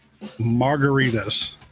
margaritas